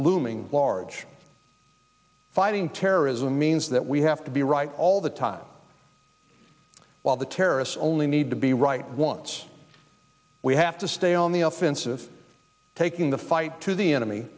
looming large fighting terrorism means that we have to be right all the time while the terrorists only need to be right once we have to stay on the offensive taking the fight to the enemy